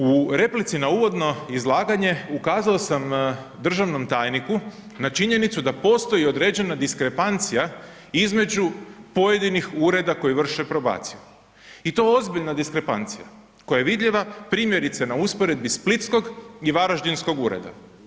U replici na uvodno izlaganje, ukazao sam državnom tajniku na činjenicu da postoji određena diskrepancija između pojedinih ureda koji vrše probaciju i to ozbiljan diskrepancija koja je vidljiva primjerice na usporedbi splitskog i varaždinskog ureda.